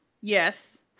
Yes